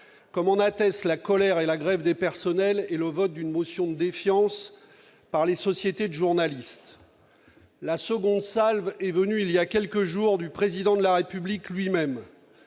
comme en attestent la colère et la grève des personnels, ainsi que le vote d'une motion de défiance par les sociétés de journalistes. La seconde salve est venue il y a quelques jours du Président de la République lui-même,